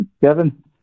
Kevin